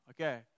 Okay